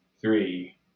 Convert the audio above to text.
three